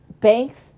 banks